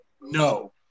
No